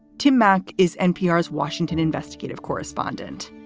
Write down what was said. tim mak is npr's washington investigative correspondent.